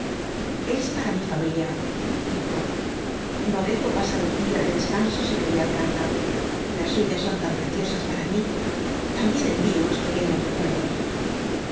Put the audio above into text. es para mi familia dijo no dejo pasar un día de descanso sin enviar carta las suyas son tan preciosas para mí también envío unos pequeños recuerdos